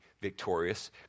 victorious